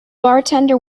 bartender